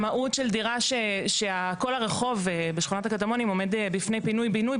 שמאות של דירה שכל הרחוב בשכונת הקטמונים עומד בפני פינוי בינוי,